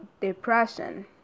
depression